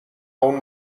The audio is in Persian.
اون